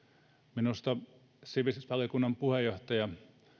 minusta sivistysvaliokunnan puheenjohtaja